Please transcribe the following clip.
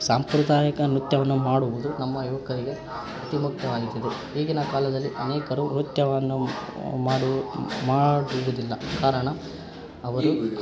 ಸಾಂಪ್ರದಾಯಿಕ ನೃತ್ಯವನ್ನು ಮಾಡುವುದು ನಮ್ಮ ಯುವಕರಿಗೆ ಅತಿಮುಖ್ಯವಾಗಿರ್ತದೆ ಈಗಿನ ಕಾಲದಲ್ಲಿ ಅನೇಕರು ನೃತ್ಯವನ್ನು ಮಾಡಿ ಮಾಡುವುದಿಲ್ಲ ಕಾರಣ ಅವರು